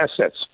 assets